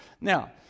Now